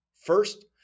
First